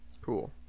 Cool